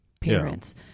parents